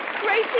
Gracie